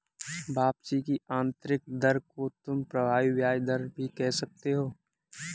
वापसी की आंतरिक दर को तुम प्रभावी ब्याज दर भी कह सकते हो